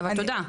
אבל, תודה.